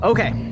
Okay